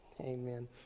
Amen